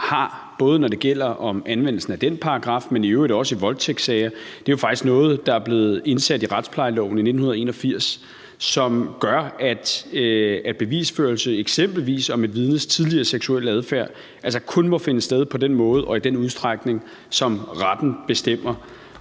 har, både når det gælder anvendelsen af den paragraf, men i øvrigt også i voldtægtssager, faktisk noget, der er blevet indsat i retsplejeloven i 1981, som gør, at bevisførelse eksempelvis om et vidnes tidligere seksuelle adfærd kun må finde sted på den måde og i den udstrækning, som retten bestemmer.